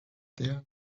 there